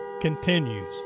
continues